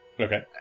Okay